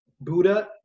buddha